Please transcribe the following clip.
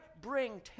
bring